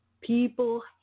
People